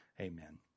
Amen